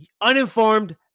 uninformed